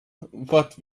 what